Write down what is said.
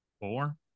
Four